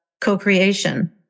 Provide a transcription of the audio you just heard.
co-creation